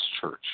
church